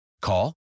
Call